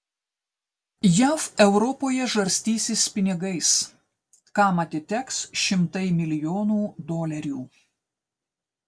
jav europoje žarstysis pinigais kam atiteks šimtai milijonų dolerių